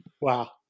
Wow